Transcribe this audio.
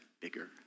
bigger